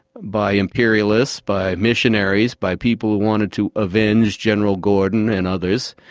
by imperialists, by missionaries, by people who wanted to avenge general gordon and others.